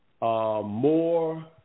More